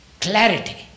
clarity